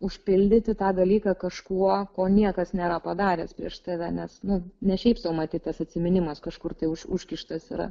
užpildyti tą dalyką kažkuo ko niekas nėra padaręs prieš tave nes nu ne šiaip sau matyt tas atsiminimas kažkur tai už užkištas yra